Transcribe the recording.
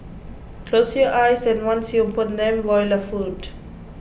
close your eyes and once you open them voila food